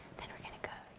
then we're gonna go